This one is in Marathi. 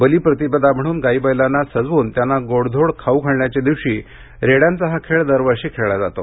बलीप्रतिपदा म्हणून गायी बैलांना सजवून त्यांना गोड धोड खाऊ घालण्याच्या दिवशी रेड्यांचा हा खेळ दरवर्षी खेळला जातो